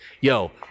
Yo